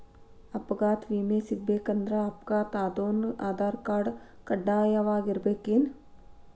ಅಪಘಾತ್ ವಿಮೆ ಸಿಗ್ಬೇಕಂದ್ರ ಅಪ್ಘಾತಾದೊನ್ ಆಧಾರ್ರ್ಕಾರ್ಡ್ ಕಡ್ಡಾಯಿರ್ತದೇನ್?